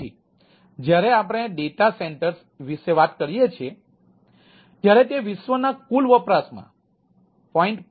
તેથી જો તે માત્ર સર્વર વિશે વાત કરીએ છીએ ત્યાં તે વિશ્વના કુલ વપરાશમાં 0